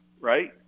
right